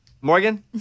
Morgan